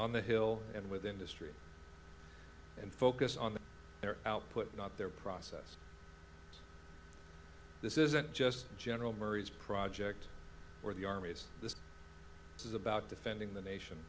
on the hill and with industry and focus on their output not their process this isn't just general murray's project or the armies this is about defending the nation